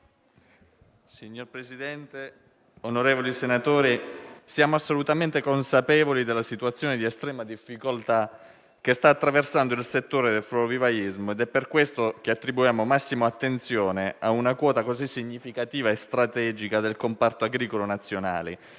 Signor Presidente, onorevoli senatori, siamo assolutamente consapevoli della situazione di estrema difficoltà che sta attraversando il settore del florovivaismo ed è per questo che attribuiamo massima attenzione a una quota così significativa e strategica del comparto agricolo nazionale